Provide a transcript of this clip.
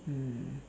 mm